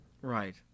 Right